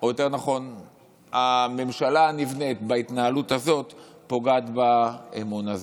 או יותר נכון הממשלה הנבנית, פוגעת באמון הזה.